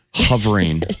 hovering